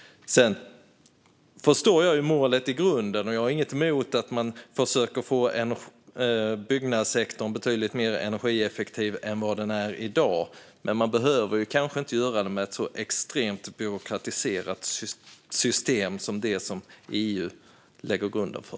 Jag förstår målet i grunden, och jag har inget emot att man försöker få byggnadssektorn betydligt mer energieffektiv än den är i dag. Men man behöver kanske inte göra det med ett så extremt byråkratiserat system som det som EU lägger grunden för.